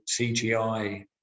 CGI